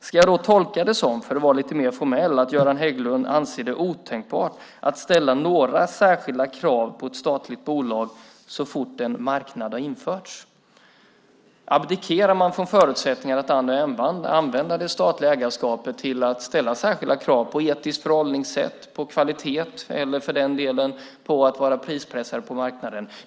Ska jag tolka det som, för att vara lite mer formell, att Göran Hägglund anser det otänkbart att ställa några särskilda krav på ett statligt bolag så fort en marknad har införts? Abdikerar man från förutsättningarna att använda det statliga ägarskapet till att ställa särskilda krav på etiskt förhållningssätt, på kvalitet eller, för den delen, på att vara prispressare på marknaden?